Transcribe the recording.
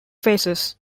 faces